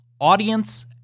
Audience